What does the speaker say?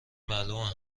معلومه